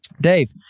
Dave